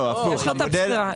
לא, זה בחירה.